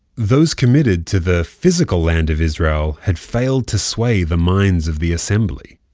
those committed to the physical land of israel had failed to sway the minds of the assembly.